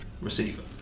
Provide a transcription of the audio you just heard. receiver